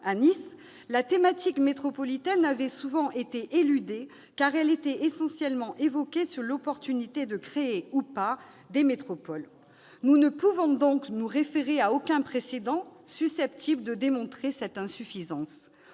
de Nice, la thématique métropolitaine avait souvent été éludée, car elle était essentiellement évoquée à propos de l'opportunité de créer, ou pas, des métropoles. Nous ne pouvons donc nous référer à aucun précédent susceptible de démontrer cette insuffisance.